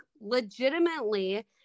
legitimately